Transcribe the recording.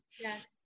Yes